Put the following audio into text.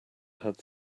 had